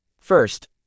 First